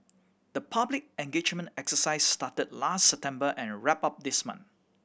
the public engagement exercises started last September and wrapped up this month